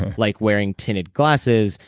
like wearing tinted glasses,